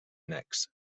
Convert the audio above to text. annex